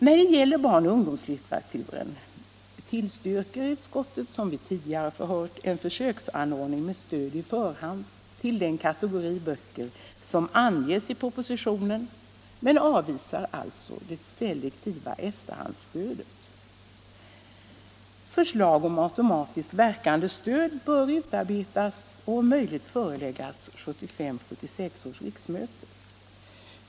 När det gäller barnoch ungdomslitteraturen tillstyrker utskottet, som vi tidigare hört, en försöksanordning med stöd i förhand till den kategori böcker som anges i propositionen men avvisar alltså det selektiva efterhandsstödet. Förslag om automatiskt verkande stöd bör utarbetas och om möjligt föreläggas 1975/76 års riksmöte.